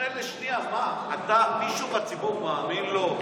הרי, לשנייה, מה, מישהו בציבור מאמין לו?